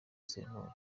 sentore